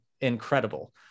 incredible